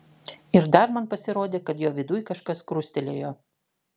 ir dar man pasirodė kad jo viduj kažkas krustelėjo